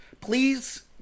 please